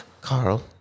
Carl